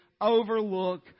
overlook